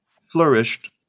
flourished